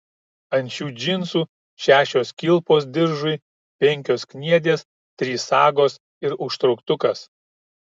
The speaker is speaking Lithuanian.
ant šių džinsų šešios kilpos diržui penkios kniedės trys sagos ir užtrauktukas